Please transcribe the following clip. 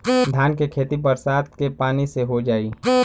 धान के खेती बरसात के पानी से हो जाई?